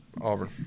Auburn